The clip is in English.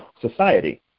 society